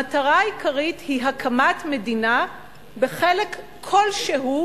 המטרה העיקרית היא הקמת מדינה בחלק כלשהו